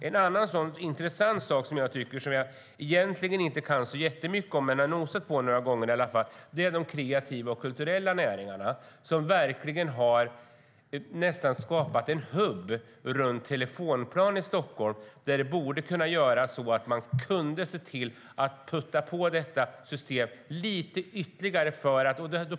En annan intressant sak som jag egentligen inte kan så jättemycket om men i alla fall har nosat på några gånger är de kreativa och kulturella näringarna som nästan har skapat en hubb runt Telefonplan i Stockholm. Där borde man kunna se till att putta på systemet ytterligare lite grann.